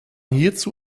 hierzu